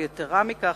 או יתירה מכך,